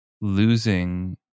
losing